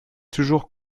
toujours